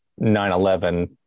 9-11